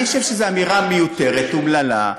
אני חושב שזאת אמירה מיותרת, אומללה,